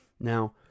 Now